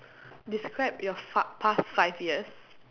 describe your fa~ past five years